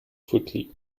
quickly